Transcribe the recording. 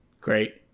great